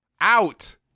out